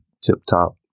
tip-top